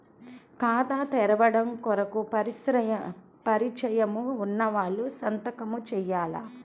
ఖాతా తెరవడం కొరకు పరిచయము వున్నవాళ్లు సంతకము చేయాలా?